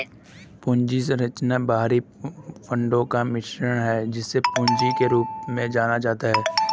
पूंजी संरचना बाहरी फंडों का मिश्रण है, जिसे पूंजी के रूप में जाना जाता है